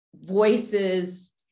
voices